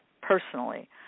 personally